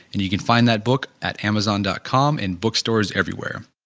and, you can find that book at amazon dot com, and bookstores everywhere